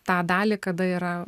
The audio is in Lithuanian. tą dalį kada yra